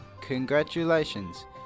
Congratulations